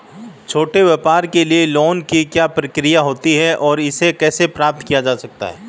छोटे व्यापार के लिए लोंन की क्या प्रक्रिया होती है और इसे कैसे प्राप्त किया जाता है?